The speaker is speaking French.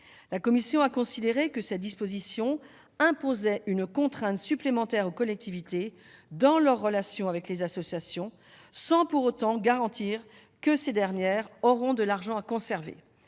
La commission a considéré que cette disposition imposait une contrainte supplémentaire aux collectivités dans leurs relations avec les associations, sans pour autant garantir que ces dernières auront de l'argent à conserver.